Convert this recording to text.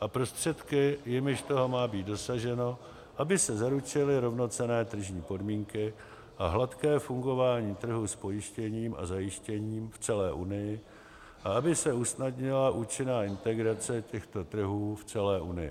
a prostředky, jimiž toho má být dosaženo, aby se zaručily rovnocenné tržní podmínky a hladké fungování trhu s pojištěním a zajištěním v celé unii a aby se usnadnila účinná integrace těchto trhů v celé unii.